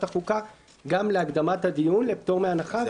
החוקה גם להקדמת הדיון לפטור מהנחה,